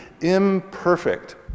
imperfect